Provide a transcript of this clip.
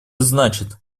значит